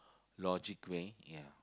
logic way ya